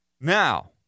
Now